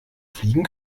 fliegen